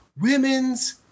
women's